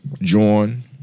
John